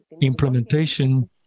implementation